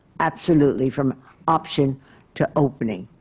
absolutely from option to opening.